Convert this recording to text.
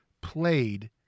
played